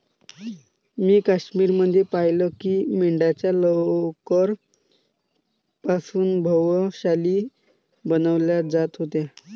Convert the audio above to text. मी काश्मीर मध्ये पाहिलं की मेंढ्यांच्या लोकर पासून भव्य शाली बनवल्या जात होत्या